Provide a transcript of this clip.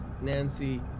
Nancy